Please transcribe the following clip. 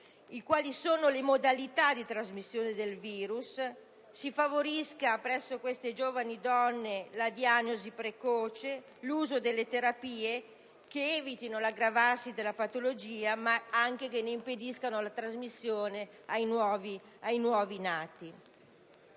quali sono le modalità di trasmissione del virus; si favorisca presso queste giovani donne la diagnosi precoce, l'uso delle terapie che evitino l'aggravarsi della patologia e che ne impediscano anche la trasmissione ai nuovi nati.